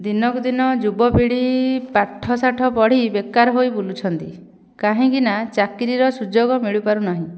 ଦିନକୁ ଦିନ ଯୁବ ପିଢ଼ି ପାଠସାଠ ପଢ଼ି ବେକାର ହୋଇ ବୁଲୁଛନ୍ତି କାହିଁକିନା ଚାକିରିର ସୁଯୋଗ ମିଳିପାରୁ ନାହିଁ